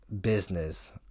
business